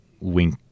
wink